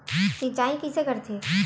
सिंचाई कइसे करथे?